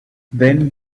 then